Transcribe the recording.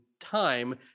time